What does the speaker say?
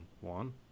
one